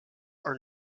are